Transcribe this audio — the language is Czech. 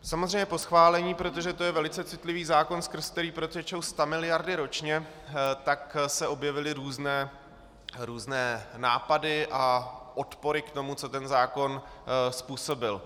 Samozřejmě po schválení, protože to je velice citlivý zákon, skrz který protečou stamiliardy ročně, se objevily různé nápady a odpory k tomu, co ten zákon způsobil.